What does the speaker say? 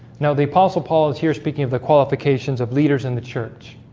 now the apostle paul is here speaking of the qualifications of leaders in the church